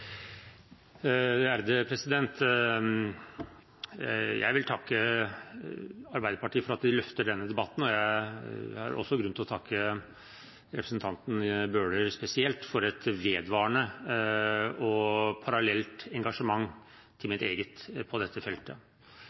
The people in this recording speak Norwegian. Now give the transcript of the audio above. Jeg vil takke Arbeiderpartiet for at man løfter denne debatten, og det er også grunn til å takke representanten Bøhler spesielt for et vedvarende og parallelt engasjement til mitt eget på